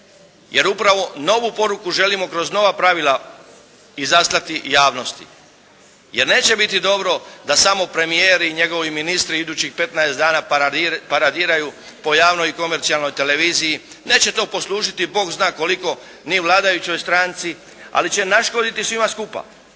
Jer upravo novu poruku želimo kroz nova pravila izaslati javnosti, jer neće biti dobro da samo premijer i njegovi ministri idući 15 dana paradiraju po javnoj i komercijalnoj televiziji, neće to poslužiti Bog zna koliko ni vladajućoj stranci, ali će naškoditi svima skupa